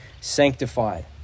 sanctified